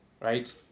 right